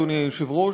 אדוני היושב-ראש,